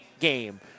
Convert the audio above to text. game